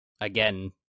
Again